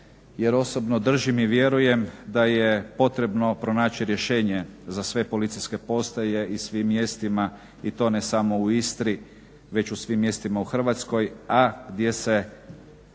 jer osobno držim i vjerujem da je potrebno pronaći rješenje za sve policijske postaje i svim mjestima i to ne samo u Istri već u svim mjestima u Hrvatskoj, a gdje se